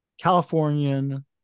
Californian